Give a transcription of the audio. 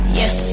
yes